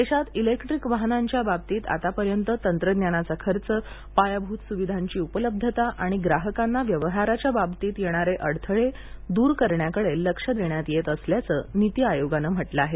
देशात इलेक्ट्रिक वाहनांच्या बाबतीत आतापर्यंत तंत्रज्ञानाचा खर्च पायाभूत स्विधांची उपलब्धता आणि ग्राहकांना व्यवहाराच्या बाबतीत येणारे अडथळे द्र करण्याकडे लक्ष देण्यात येत असल्याचं नीती आयोगाने म्हटले आहे